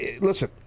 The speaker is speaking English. listen